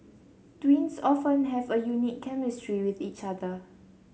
twins often have a unique chemistry with each other